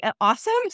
awesome